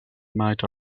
might